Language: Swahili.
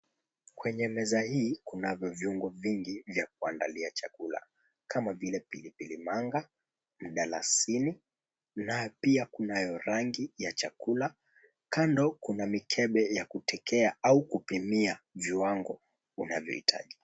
Kwenye meza hii kunavyo viungo vingi ya kuandalia chakula kama vile pilipili manga, mdalasini, na pia kunayorangi ya chakula. Kando kuna mikebe ya kutekea au kupimia viwango unavyohitaji.